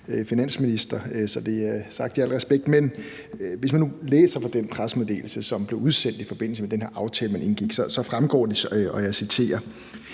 erhvervsminister, så det er sagt i al respekt – men hvis man nu læser fra den pressemeddelelse, som blev udsendt i forbindelse med den her aftale, man indgik, så fremgår det: »En bankkonto er